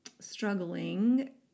struggling